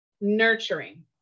nurturing